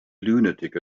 lunatic